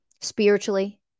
spiritually